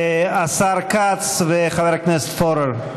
השר כץ וחבר הכנסת פורר.